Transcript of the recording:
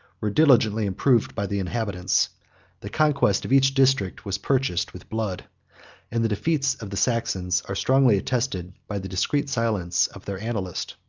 were diligently improved by the inhabitants the conquest of each district was purchased with blood and the defeats of the saxons are strongly attested by the discreet silence of their annalist.